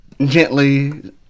gently